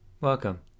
Welcome